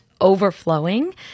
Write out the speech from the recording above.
overflowing